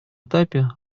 этапе